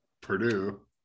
Purdue